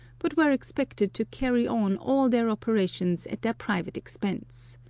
but were expected to carry on all their operations at their private expense.